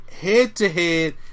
head-to-head